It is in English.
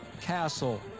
castle